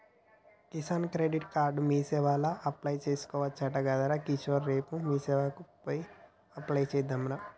Kisan credit card మీసేవల apply చేసుకోవచ్చట గదరా కిషోర్ రేపు మీసేవకు పోయి అప్లై చెద్దాంరా